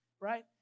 right